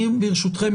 ברשותכם,